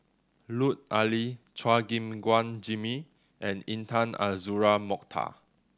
Lut Ali Chua Gim Guan Jimmy and Intan Azura Mokhtar